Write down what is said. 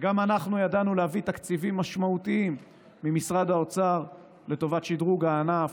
וגם אנחנו ידענו להביא תקציבים משמעותיים ממשרד האוצר לטובת שדרוג הענף,